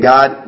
God